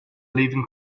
living